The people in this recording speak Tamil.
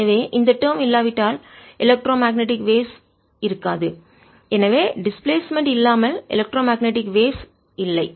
எனவே இந்த டேர்ம் இல்லாவிட்டால் எலக்ட்ரோ மேக்னெட்டிக் வேவ்ஸ் மின்காந்த அலைகள் இருக்காது எனவே டிஸ்பிளேஸ்மென்ட் இடப்பெயர்ச்சி இல்லாமல் எலக்ட்ரோ மேக்னெட்டிக் வேவ்ஸ் மின்காந்த அலைகள்இல்லை